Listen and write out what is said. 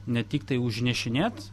ne tiktai užnešinėt